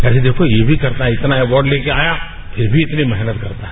ऐसे देखो ये भी करता है इतना अवॉर्ड लेकर आया है फिर भी इतनी मेहनत करता है